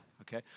Okay